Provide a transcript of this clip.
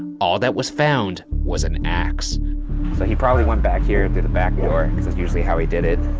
all that was found was an axe. so he probably went back here, and through the back door. because that's usually how he did it.